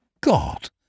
God